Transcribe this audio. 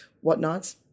whatnot